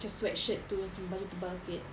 macam sweatshirt tu yang baju tebal sikit